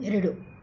ಎರಡು